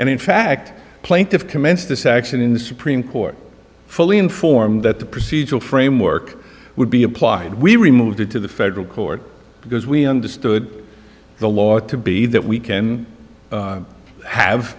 and in fact plaintiff commenced this action in the supreme court fully informed that the procedural framework would be applied we removed it to the federal court because we understood the law to be that we